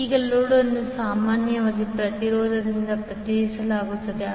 ಈಗ ಲೋಡ್ ಅನ್ನು ಸಾಮಾನ್ಯವಾಗಿ ಪ್ರತಿರೋಧದಿಂದ ಪ್ರತಿನಿಧಿಸಲಾಗುತ್ತದೆ